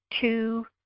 two